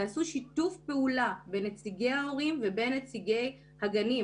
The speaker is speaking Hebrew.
תעשו שיתוף פעולה בין נציגי ההורים לבין נציגי ההורים.